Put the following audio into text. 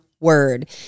word